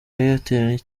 airtel